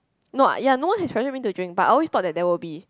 no ya no one has pressured me to drink but I always thought that there will be